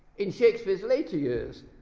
in shakespeare's later years,